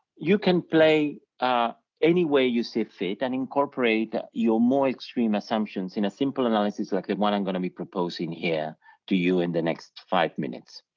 you can play any way you see fit and incorporate your more extreme assumptions in a simple analysis like the ah one i'm gonna be proposing here to you in the next five minutes.